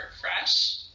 fresh